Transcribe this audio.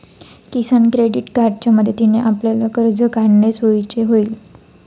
किसान credit कार्डच्या मदतीने आपल्याला कर्ज काढणे सोयीचे होईल